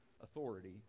authority